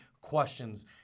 questions